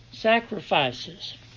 Sacrifices